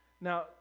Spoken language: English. Now